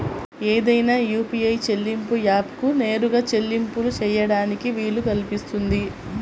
ఏదైనా యూ.పీ.ఐ చెల్లింపు యాప్కు నేరుగా చెల్లింపులు చేయడానికి వీలు కల్పిస్తుంది